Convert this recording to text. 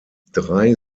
drei